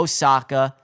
Osaka